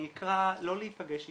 אני אקרא לא להיפגש איתם.